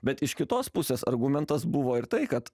bet iš kitos pusės argumentas buvo ir tai kad